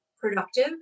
productive